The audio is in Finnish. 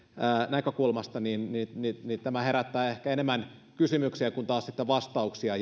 näkökulmasta tämä herättää ehkä enemmän kysymyksiä kuin taas vastauksia